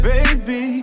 Baby